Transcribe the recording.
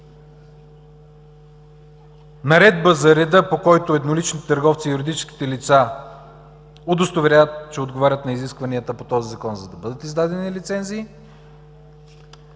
Наредба за реда, по която едноличните търговци и юридическите лица удостоверят, че отговарят на изискванията по този Закон, за да бъдат издадени лицензи.